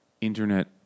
internet